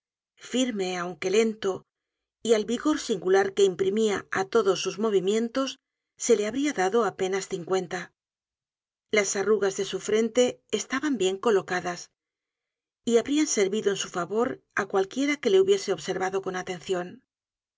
firme aunque lento y al vigor singular que imprimía á todos sus movimientos se le habrian dado apenas cincuenta las arrugas de su frente estaban bien colocadas y habrian prevenido en su favor á cualquiera que le hubiese observado con atencion